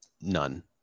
none